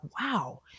wow